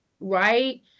Right